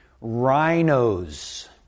rhinos